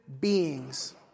beings